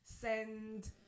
send